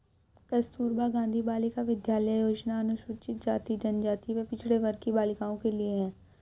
कस्तूरबा गांधी बालिका विद्यालय योजना अनुसूचित जाति, जनजाति व पिछड़े वर्ग की बालिकाओं के लिए है